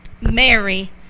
Mary